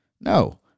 No